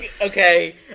okay